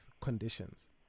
conditions